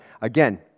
Again